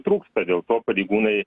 trūksta dėl to pareigūnai